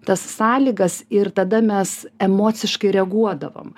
tas sąlygas ir tada mes emociškai reaguodavom